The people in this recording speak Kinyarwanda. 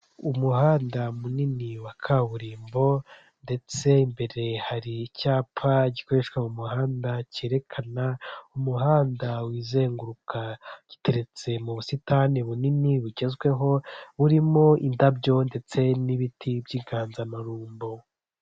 Ibirango bigaragaza inyubako emutiyene ikoreramo, emutiyene ni ikigo gishinzwe itumanaho gikorera hafi ku isi yose. Iki kigo kiradufasha cyane kuko gituma tubasha kubona uko tuvugana n'abantu bacu bari kure ndetse tukaba twakohererezanya n'amafaranga.